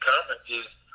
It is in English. conferences